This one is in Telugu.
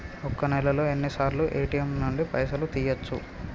ఒక్క నెలలో ఎన్నిసార్లు ఏ.టి.ఎమ్ నుండి పైసలు తీయచ్చు?